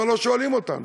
כבר לא שואלים אותנו.